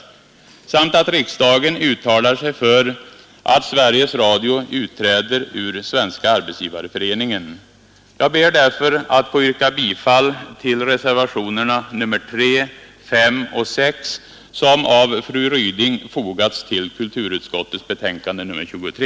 Vidare bör riksdagen uttala sig för att Sveriges Radio utträder ur Svenska arbetsgivareföreningen. Jag ber därför att få yrka bifall till reservationerna 3, 5 och 6 som av fru Ryding fogats till kulturutskottets betänkande nr 23.